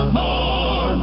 more